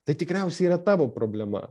tai tikriausiai yra tavo problema